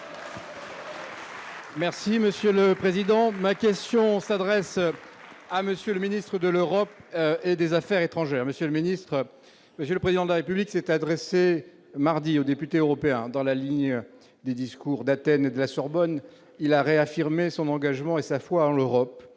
Union Centriste. Ma question s'adresse à M. le ministre de l'Europe et des affaires étrangères. Monsieur le ministre, M. le Président de la République s'est adressé mardi aux députés européens. Dans la lignée des discours d'Athènes et de La Sorbonne, il a réaffirmé son engagement et sa foi en l'Europe,